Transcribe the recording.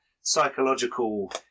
psychological